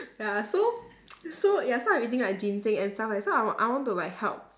ya so so ya so I'm eating like ginseng and stuff like so I want I want to like help